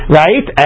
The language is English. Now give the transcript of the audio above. right